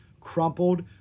crumpled